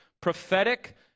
prophetic